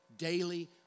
Daily